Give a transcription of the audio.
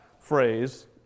phrase